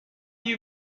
you